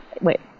wait